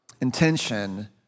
intention